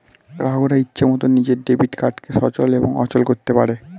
গ্রাহকরা ইচ্ছে মতন নিজের ডেবিট কার্ডকে সচল এবং অচল করতে পারে